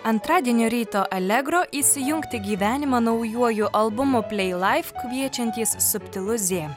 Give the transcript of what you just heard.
antradienio ryto allegro įsijungti į gyvenimą naujuoju albumu plei laif kviečiantys subtilu zė